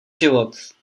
život